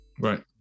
Right